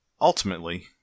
Ultimately